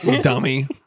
Dummy